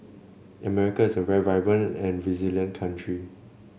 America is a very vibrant and resilient country